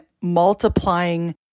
multiplying